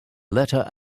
letter